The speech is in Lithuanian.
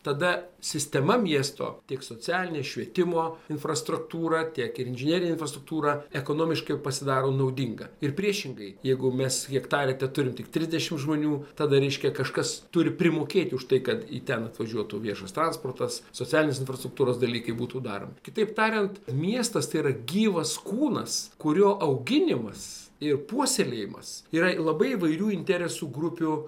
tada sistema miesto tiek socialinė švietimo infrastruktūra tiek inžinerinė infrastruktūra ekonomiškai jau pasidaro naudinga ir priešingai jeigu mes hektare teturim tik trisdešimt žmonių tada reiškia kažkas turi primokėti už tai kad į ten atvažiuotų viešas transportas socialinės infrastruktūros dalykai būtų daromi kitaip tariant miestas tai yra gyvas kūnas kurio auginimas ir puoselėjimas yra labai įvairių interesų grupių